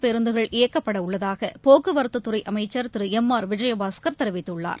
பேருந்துகள் இயக்கப்படஉள்ளதாகபோக்குவரத்துதுறைஅமைச்சர் திருஎம் ஆர் விஜயபாஸ்கர் தெரிவித்துள்ளார்